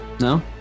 No